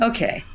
Okay